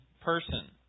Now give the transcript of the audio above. person